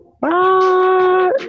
Bye